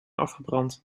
afgebrand